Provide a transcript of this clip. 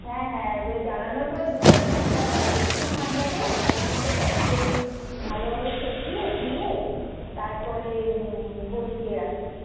হ্যাঁ হ্যাঁ ওই জ্বালানোর পরে দুধটা ঠান্ডা করে একটু ঠান্ডা করে তার মধ্যে টক দই ভালোভাবে ফেটিয়ে দিয়ে তারপরে বসিয়ে রাখি